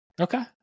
Okay